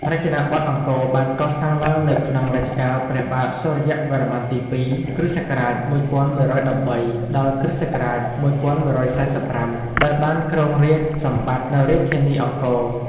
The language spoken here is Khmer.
រចនាបថអង្គរបានកសាងឡើងនៅក្នុងរជ្ជកាលព្រះបាទសូរ្យវរ្ម័នទី ២ (គ.ស. ១១១៣ ដល់ គ.ស.១១៤៥) ដែលបានគ្រងរាជ្យសម្បត្តិនៅរាជធានីអង្គរ ។